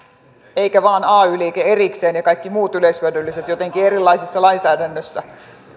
eikä vain ay liike erikseen ja kaikki muut yleishyödylliset jotenkin erilaisessa lainsäädännössä